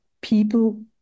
people